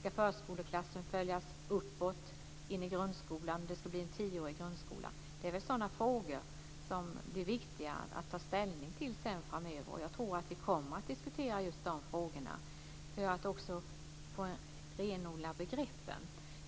Ska förskoleklassen följas uppåt in i grundskolan? Det skulle bli en tioårig grundskola. Det är väl sådana frågor som blir viktiga att ta ställning till framöver, och jag tror att vi kommer att diskutera just de frågorna för att också renodla begreppen.